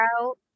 out